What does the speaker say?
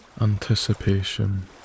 anticipation